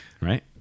Right